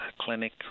clinic